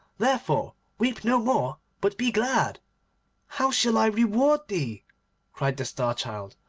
therefore weep no more but be glad how shall i reward thee cried the star-child,